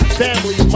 family